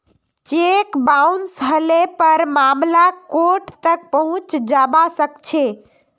cheque bounce हले पर मामला कोर्ट तक पहुंचे जबा सकछे